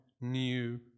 new